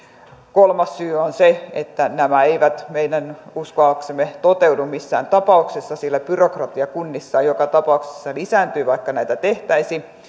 kolmas syy on se että nämä eivät meidän uskoaksemme toteudu missään tapauksessa sillä byrokratia kunnissa joka tapauksessa lisääntyy vaikka näitä tehtäisiin